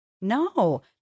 No